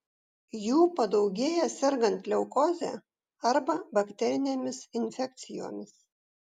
jų padaugėja sergant leukoze arba bakterinėmis infekcijomis